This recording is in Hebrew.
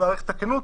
מעריך את הכנות,